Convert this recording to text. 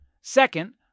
Second